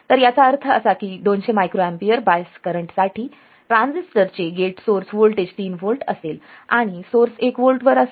तर याचा अर्थ असा की 200 मायक्रोअॅम्पीयर बायस करंट साठी ट्रान्झिस्टर चे गेट सोर्स व्होल्टेज 3 व्होल्ट असेल आणि सोर्स 1 व्होल्टवर असेल